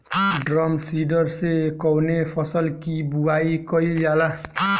Drum seeder से कवने फसल कि बुआई कयील जाला?